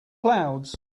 clouds